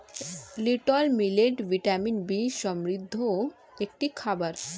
little millet vitamin B সমৃদ্ধ একটি খাবার